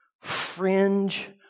fringe